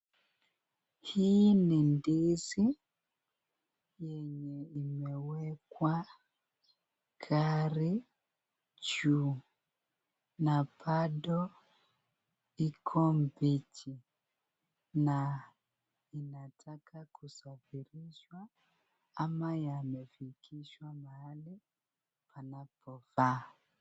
Hii ni ndizi yenye imewekwa gari juu na bado iko mbichi na inataka kusafirishwa ama yamefikishwa mahali panapofaa.